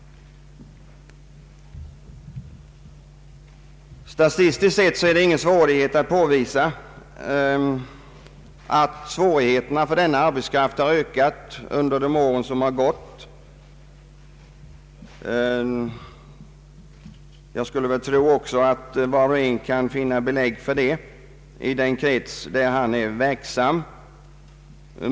Statistiskt sett är det lätt att påvisa att svårigheterna för denna arbetskraft ökat under de gångna åren. Jag tror att var och en kan finna belägg för detta också i den krets där han är verksam.